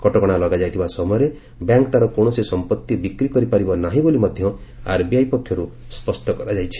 କଟକଣା ଲଗାଯାଇଥିବା ସମୟରେ ବ୍ୟାଙ୍କ୍ ତାର କୌଣସି ସମ୍ପଭି ବିକ୍ରି କରିପାରିବ ନାହିଁ ବୋଲି ମଧ୍ୟ ଆର୍ବିଆଇ ପକ୍ଷରୁ ସ୍ପଷ୍ଟ କରାଯାଇଛି